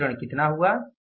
तो यह विचरण कितना हुआ